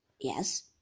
Yes